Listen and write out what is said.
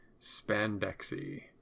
spandexy